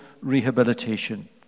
rehabilitation